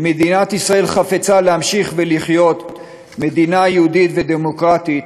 אם מדינת ישראל חפצה להמשיך ולהיות מדינה יהודית ודמוקרטית,